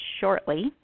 shortly